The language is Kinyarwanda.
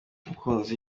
mukunzi